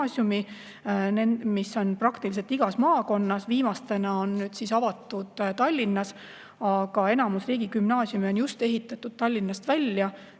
riigigümnaasiumi, mis on praktiliselt igas maakonnas. Viimased on nüüd avatud Tallinnas, aga enamus riigigümnaasiume on just ehitatud Tallinnast välja,